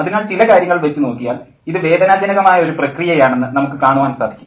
അതിനാൽ ചില കാര്യങ്ങൾ വച്ചു നോക്കിയാൽ ഇത് വേദനാജനകമായ ഒരു പ്രക്രിയയാണെന്ന് നമുക്ക് കാണാൻ സാധിക്കും